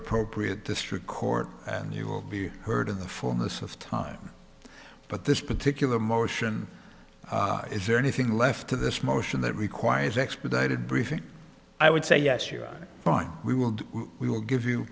appropriate district court and you will be heard in the form this of time but this particular motion is there anything left to this motion that requires expedited briefing i would say yes you are right we will do we will give you